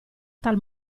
tal